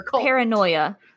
paranoia